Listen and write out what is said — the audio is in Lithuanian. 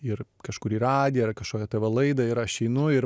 ir kažkur į radiją ar kažkokią tai va laidą ir aš einu ir